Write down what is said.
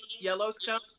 Yellowstone